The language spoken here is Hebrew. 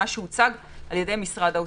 מה שהוצג על-ידי משרד האוצר.